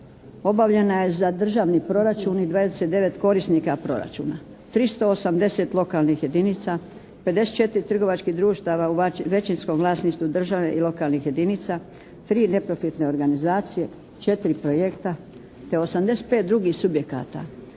obavljena je za Državni proračun i 29 korisnika Proračuna. 380 lokalnih jedinica, 54 trgovačkih društava u većinskom vlasništvu države i lokalnih jedinica, 3 neprofitne organizacije, 4 projekta te 85 drugih subjekata